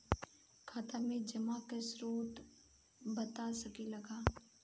खाता में जमा के स्रोत बता सकी ला का?